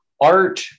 art